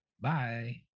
Bye